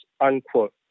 unquote